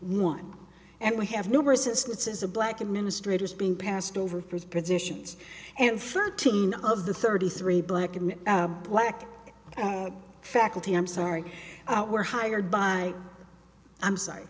one and we have numerous instances of black administrators being passed over for positions and thirteen of the thirty three black and black faculty i'm sorry that were hired by i'm sorry